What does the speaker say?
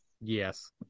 Yes